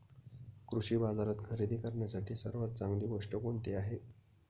कृषी बाजारात खरेदी करण्यासाठी सर्वात चांगली गोष्ट कोणती आहे?